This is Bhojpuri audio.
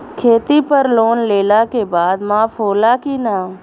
खेती पर लोन लेला के बाद माफ़ होला की ना?